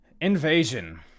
Invasion